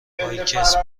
پایکس